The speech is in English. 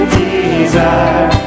desire